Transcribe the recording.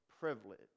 privilege